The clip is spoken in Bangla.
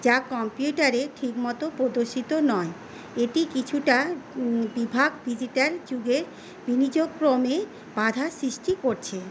যা কম্পিউটারে ঠিক মতো প্রদর্শিত নয় এটি কিছুটা বিভাগ ডিজিটাল যুগে নিজক্রমেই বাঁধার সৃষ্টি করছে